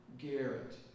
Garrett